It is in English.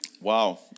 wow